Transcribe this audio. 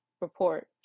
Report